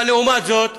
אבל, לעומת זאת,